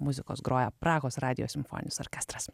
muzikos groja prahos radijo simfoninis orkestras